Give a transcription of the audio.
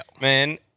Man